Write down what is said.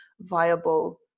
viable